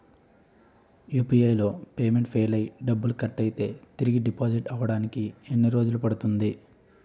UPI లో payment fail అయ్యి డబ్బులు కట్ అయితే తిరిగి డిపాజిట్ అవ్వడానికి ఎన్ని రోజులు పడుతుంది?